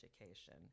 education